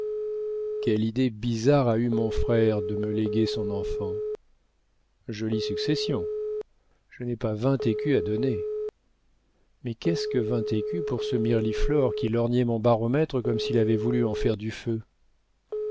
quelle idée bizarre a eue mon frère de me léguer son enfant jolie succession je n'ai pas vingt écus à donner mais qu'est-ce que vingt écus pour ce mirliflor qui lorgnait mon baromètre comme s'il avait voulu en faire du feu